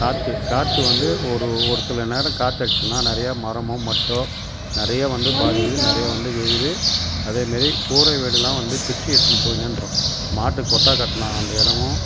காற்று காற்று வந்து ஒரு ஒரு சில நேரம் காற்று அடிச்சிச்சுன்னா நிறையா மரம் மட்டை நிறையா வந்து பாதிக்குது நிறையா வந்து விழுது அதே மாதிரி கூரை வீடெல்லாம் வந்து பிரிச்சு எடுத்து போயினே இருந்துரும் மாட்டுக்கு கொட்டகை கட்டுனா அந்த இடமும்